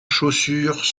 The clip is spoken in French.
chaussures